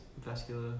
Vascular